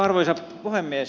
arvoisa puhemies